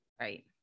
Right